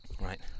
Right